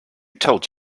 told